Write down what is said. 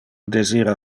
desira